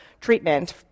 treatment